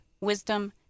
wisdom